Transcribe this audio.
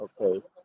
okay